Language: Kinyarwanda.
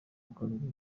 bikorwa